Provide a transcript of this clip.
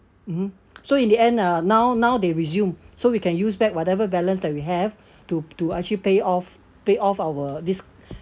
mmhmm so in the end lah now now they resume so we can use back whatever balance that we have to to actually pay off pay off our this